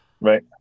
Right